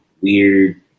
weird